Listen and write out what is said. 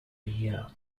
year